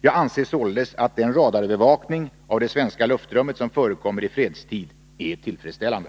Jag anser således att den radarövervakning av det svenska luftrummet som förekommer i fredstid är tillfredsställande.